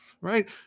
Right